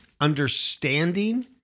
understanding